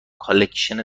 کالکشن